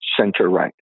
center-right